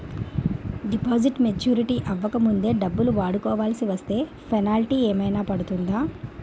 Deposit maturity అవ్వక ముందే డబ్బులు వాడుకొవాల్సి వస్తే పెనాల్టీ ఏదైనా పడుతుందా?